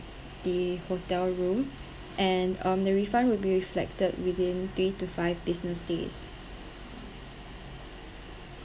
the hotel room and um the refund will be reflected within three to five business days